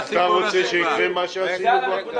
אתה רוצה שיקרה מה שעשינו פה?